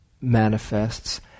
manifests